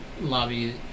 lobby